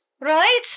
Right